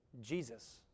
Jesus